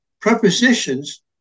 Prepositions